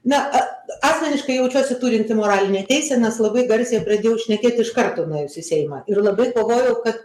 na a asmeniškai jaučiuosi turinti moralinę teisę nes labai garsiai pradėjau šnekėt iš karto nuėjus į seimą ir labai kovojau kad